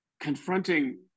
confronting